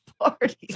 party